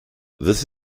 this